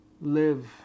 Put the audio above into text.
live